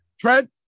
Trent